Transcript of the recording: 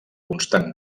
constant